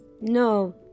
No